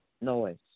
noise